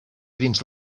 dins